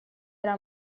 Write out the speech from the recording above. era